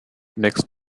next